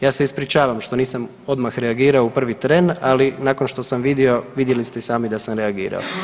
Ja se ispričavam što nisam odmah reagirao u prvi tren, ali nakon što sam vidio vidjeli ste i sami da sam reagirao.